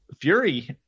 Fury